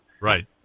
Right